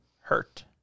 Hurt